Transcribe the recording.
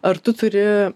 ar tu turi